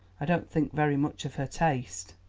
i don't think very much of her taste.